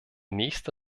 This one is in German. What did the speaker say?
nächste